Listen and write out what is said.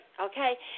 Okay